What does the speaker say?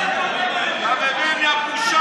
הינה, הם מגיעים, ואתה בושה